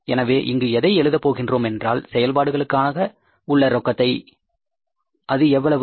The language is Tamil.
எனவே இங்கு எதை எழுதப் போகின்றோம் என்றால் செயல்பாடுகளுக்காக உள்ள ரொக்கத்தை அது எவ்வளவு